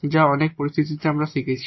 যা আমরা অনেক পরিস্থিতিতে শিখেছি